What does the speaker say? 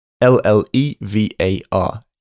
L-L-E-V-A-R